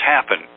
happen